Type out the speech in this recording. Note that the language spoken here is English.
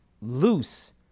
loose